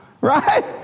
right